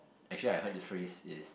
actually I heard the phrase is